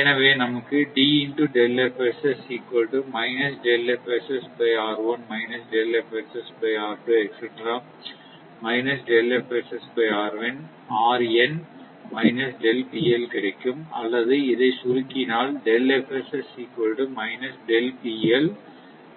எனவே நமக்கு கிடைக்கும் அல்லது இதை சுருக்கினால் கிடைக்கும்